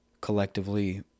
collectively